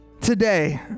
today